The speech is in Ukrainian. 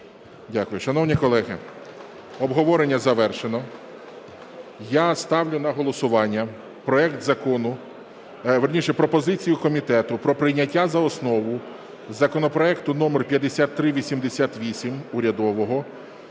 Шановні колеги, обговорення завершено. Я ставлю на голосування проект закону… вірніше пропозицію комітету про прийняття за основу законопроекту номер 5388, урядового,